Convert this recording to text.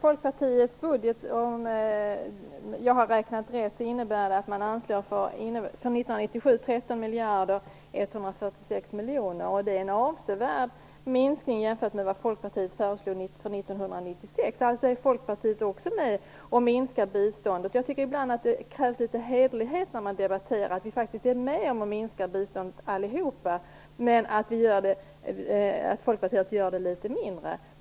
Herr talman! Folkpartiets budget innebär att man anslår, om jag har räknat rätt, 13 miljarder 146 miljoner för 1997. Det är en avsevärd minskning jämfört med vad Folkpartiet föreslog för 1996. Alltså är Folkpartiet också med och minskar biståndet. Jag tycker att det krävs litet hederlighet när vi debatterar. Vi är faktiskt med om att minska biståndet allihopa, men Folkpartiet minskar litet mindre.